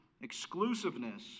Exclusiveness